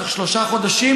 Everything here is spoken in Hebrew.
בתוך שלושה חודשים,